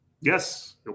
Yes